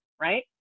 right